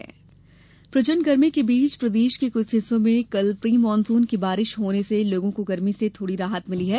मौसम गर्मी प्रचंड गर्मी के बीच प्रदेश के कुछ हिस्सों में कल प्री मानसून की बारिश होने से लोगों को गर्मी से थोड़ी राहत मिली है